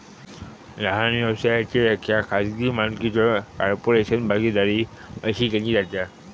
लहान व्यवसायाची व्याख्या खाजगी मालकीचो कॉर्पोरेशन, भागीदारी अशी केली जाता